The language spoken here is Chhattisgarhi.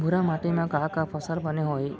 भूरा माटी मा का का फसल बने होही?